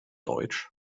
deutsch